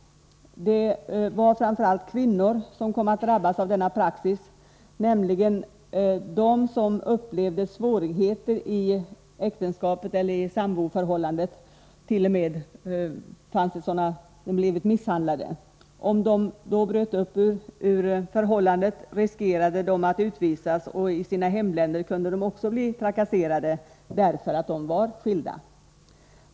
Det var framför allt kvinnor som kom att drabbas av denna praxis, nämligen sådana kvinnor som upplevde svårigheter i äktenskapet eller i samboförhållandet och som kanske t.o.m. blivit misshandlade. Om de bröt upp ur förhållandet riskerade de att utvisas, och i sina hemländer kunde de också bli trakasserade därför att de var skilda.